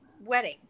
wedding